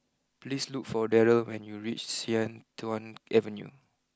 please look for Darryll when you reach Sian Tuan Avenue